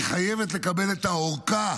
היא חייבת לקבל את הארכה